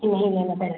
नहीं मैम ऐसा नहीं